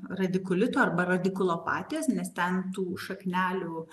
radikulito arba radikulopatijos nes ten tų šaknelių